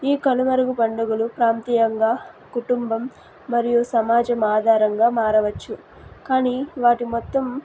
ఈ కనుమరుగు పండుగలు ప్రాంతీయంగా కుటుంబం మరియు సమాజం ఆధారంగా మారవచ్చు కానీ వాటి మొత్తం